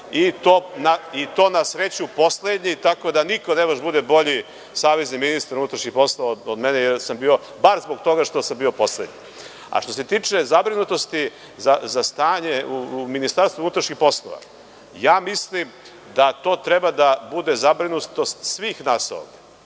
Na sreću poslednji, tako da niko ne može da bude bolji savezni ministar unutrašnjih poslova od mene, bar zbog toga što sam bio poslednji. Što se tiče zabrinutosti za stanje u Ministarstvu unutrašnjih poslova, mislim da to treba da bude zabrinutost svih nas ovde.